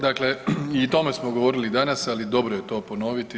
Dakle i o tome smo govorili danas, ali dobro je to ponoviti.